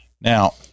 Now